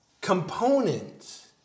components